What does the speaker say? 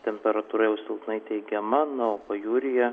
temperatūra jau silpnai teigiama na o pajūryje